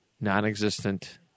non-existent